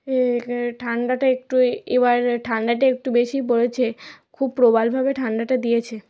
এখানে ঠান্ডাটা একটু এবার ঠান্ডাটা একটু বেশি পড়েছে খুব প্রবলভাবে ঠান্ডাটা দিয়েছে